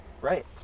Right